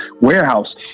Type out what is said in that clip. warehouse